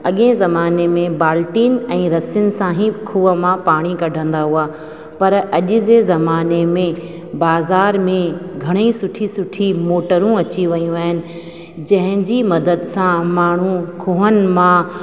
अॻे ज़माने में बाल्टियुनि ऐं रसियुनि सां ई खूह मां पाणी कढंदा हुआ पर अॼु जे ज़माने में बाज़ारि में घणे ई सुठी सुठी मोटरूं अची वियूं आहिनि जंहिंजी मदद सां माण्हू खूहनि मां